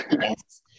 Yes